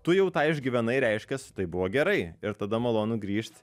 tu jau tą išgyvenai reiškias tai buvo gerai ir tada malonu grįžt